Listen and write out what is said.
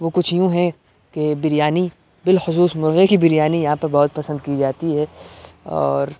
وہ کچھ یوں ہیں کہ بریانی بالخصوص مرغے کی بریانی یہاں پہ بہت پسند کی جاتی ہے اور